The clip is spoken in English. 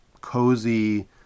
cozy